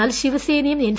എന്നാൽ ശിവസേനയും എൻ